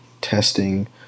testing